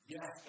Yes